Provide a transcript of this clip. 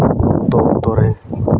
ᱚᱠᱛᱚ ᱚᱠᱛᱚ ᱨᱮ